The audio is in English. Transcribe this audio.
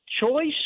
choice